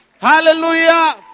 Hallelujah